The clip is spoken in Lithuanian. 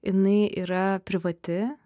jinai yra privati